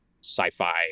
sci-fi